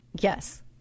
Yes